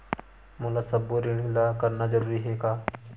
मोला सबो ऋण ला करना जरूरी हे?